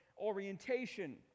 orientation